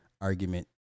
argument